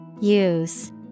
Use